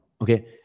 Okay